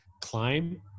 climb